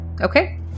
Okay